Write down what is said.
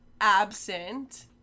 absent